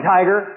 Tiger